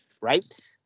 Right